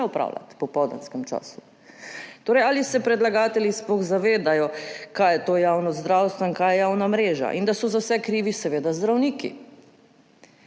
opravljati v popoldanskem času. Ali se predlagatelji sploh zavedajo, kaj je to javno zdravstvo in kaj je javna mreža? Da so za vse krivi seveda zdravniki.